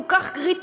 כל כך קריטי,